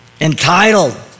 entitled